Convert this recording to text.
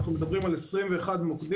אנחנו מדברים על 21 מוקדים.